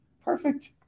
Perfect